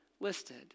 listed